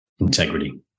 Integrity